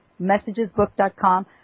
messagesbook.com